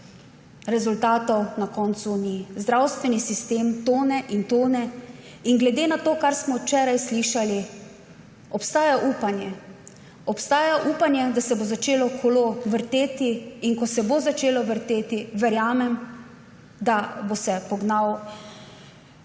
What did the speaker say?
rezultatov na koncu ni. Zdravstveni sistem tone in tone. Glede na to, kar smo včeraj slišali, obstaja upanje, obstaja upanje, da se bo začelo kolo vrteti. In ko se bo začelo vrteti, verjamem, da bo se pognal sistem